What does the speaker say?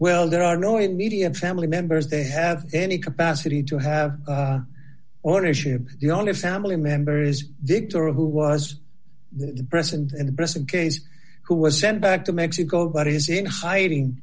well there are no immediate family members they have any capacity to have or a ship the only family member is victoria who was the press and the present case who was sent back to mexico but is in hiding